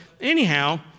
anyhow